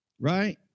right